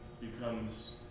becomes